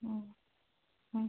ആ ആ